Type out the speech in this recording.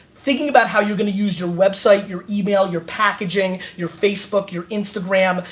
thinking about how you're going to use your website, your email, your packaging, your facebook, your instagram,